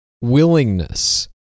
willingness